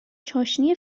چاشنی